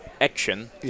action